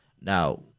Now